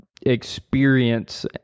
experience